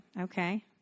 Okay